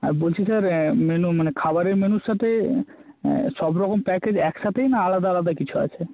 আর বলছি sir menu মানে খাবারের মেনুর সাতে সব রকম প্যাকেজ একসাথেই না আলাদা আলাদা কিছু আছে